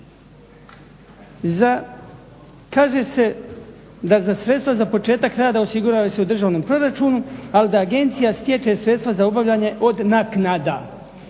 Kaže se da sredstva za početak rada osiguravaju se u državnom proračunu, ali da agencija stječe sredstva za obavljanje od naknada.